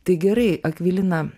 tai gerai akvilina